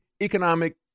economic